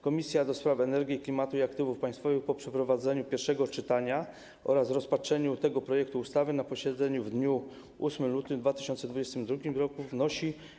Komisja do Spraw Energii, Klimatu i Aktywów Państwowych po przeprowadzeniu pierwszego czytania oraz rozpatrzeniu tego projektu ustawy na posiedzeniu w dniu 8 lutego 2022 r. wnosi: